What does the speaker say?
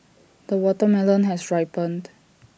the watermelon has ripened